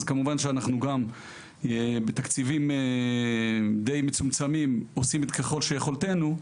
אנחנו גם בתקציבים די מצומצמים עושים ככל יכולתנו.